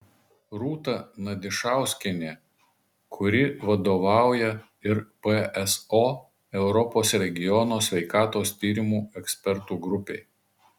rūta nadišauskienė kuri vadovauja ir pso europos regiono sveikatos tyrimų ekspertų grupei